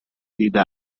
دیده